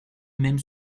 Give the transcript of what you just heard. même